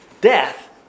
death